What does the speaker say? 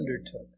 undertook